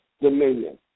dominion